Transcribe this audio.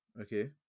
Okay